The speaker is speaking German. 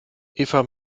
eva